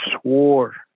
swore